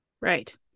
Right